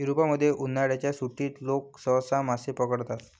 युरोपमध्ये, उन्हाळ्याच्या सुट्टीत लोक सहसा मासे पकडतात